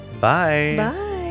Bye